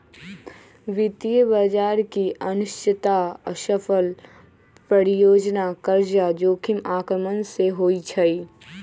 वित्तीय बजार की अनिश्चितता, असफल परियोजना, कर्जा जोखिम आक्रमण से होइ छइ